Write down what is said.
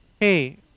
Hey